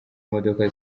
imodoka